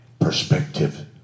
perspective